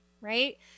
right